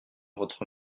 votre